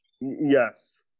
yes